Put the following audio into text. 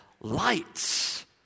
lights